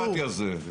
איזה דמוקרטיה זה?